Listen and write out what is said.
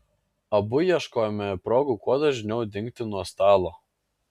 abu ieškojome progų kuo dažniau dingti nuo stalo